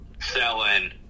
selling